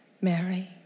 Mary